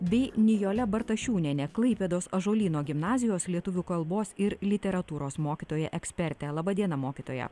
bei nijole bartašiūniene klaipėdos ąžuolyno gimnazijos lietuvių kalbos ir literatūros mokytoja eksperte laba diena mokytoja